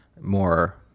more